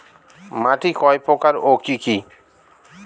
মাটি কয় প্রকার ও কি কি?